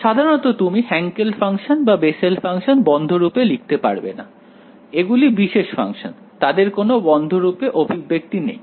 সাধারণত তুমি Hankel function বা বেসেল ফাংশন বন্ধ রূপে লিখতে পারবেনা এগুলি বিশেষ ফাংশন তাদের কোনও বন্ধরূপে অভিব্যক্তি নেই